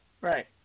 Right